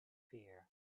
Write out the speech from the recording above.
fear